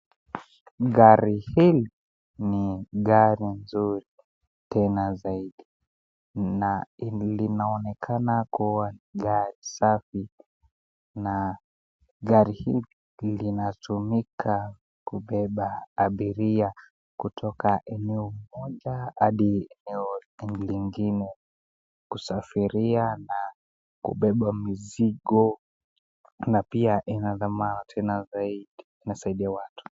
Gari hili ni gari nzuri tena zaidi na linaonekana kuwa gari safi na gari hili linatumika kubeba abiria kutoka eneo moja hadi eneo lingine kusafiria na kubeba mizigo na pia ina dhamana tena zaidi , inasaidia watu .